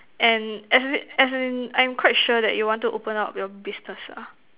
and as in as in I'm quite sure that you wanted open up your business ah